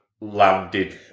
landed